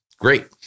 Great